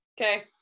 Okay